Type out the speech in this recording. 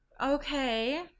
okay